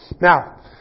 Now